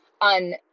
on